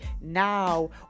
now